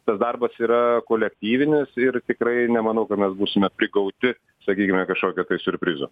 tas darbas yra kolektyvinis ir tikrai nemanau kad mes būsime prigauti sakykime kažkokio siurprizo